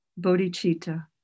bodhicitta